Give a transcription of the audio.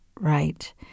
right